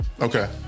Okay